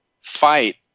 fight